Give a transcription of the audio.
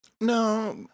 No